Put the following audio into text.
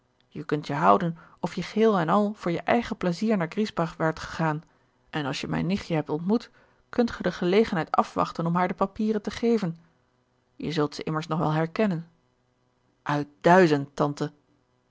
je kunt je houden of je geheel en al voor je eigen plezier naar griesbach waart gegaan en als je mijn nichtje hebt ontmoet kunt gij de gelegenheid afwachten om haar de papieren te geven je zult ze immers nog wel herkennen uit duizend tante